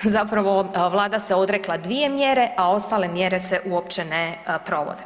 zapravo vlada se odrekla dvije mjere, a ostale mjere se uopće ne provode.